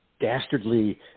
dastardly